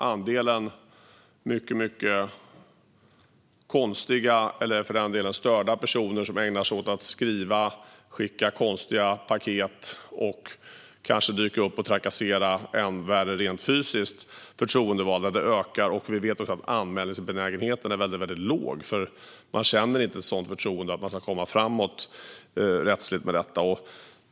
Andelen mycket konstiga eller för den delen störda personer som ägnar sig åt att skriva eller skicka konstiga paket till förtroendevalda eller som kanske än värre dyker upp och rent fysiskt trakasserar ökar. Vi vet också att anmälningsbenägenheten är väldigt låg, eftersom man inte har förtroende för att man ska komma framåt med det rent rättsligt.